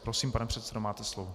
Prosím, pane předsedo, máte slovo.